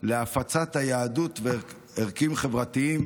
להפצת היהדות וערכים חברתיים,